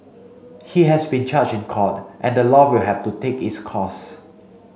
he has been charged in court and the law will have to take its course